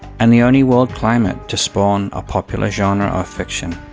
and the only world climate to spawn a popular genre of fiction.